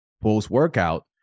post-workout